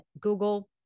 Google